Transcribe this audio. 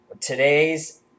Today's